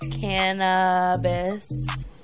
cannabis